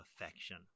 affection